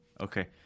Okay